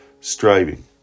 striving